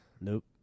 Nope